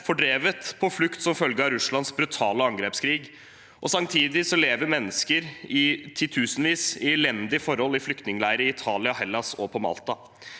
fordrevet på flukt som følge av Russlands brutale angrepskrig. Samtidig lever titusenvis av mennesker i elendige forhold i flyktningleirer i Italia, i Hellas og på Malta.